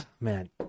man